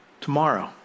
tomorrow